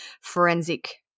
forensic